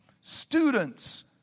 students